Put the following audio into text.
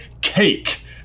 cake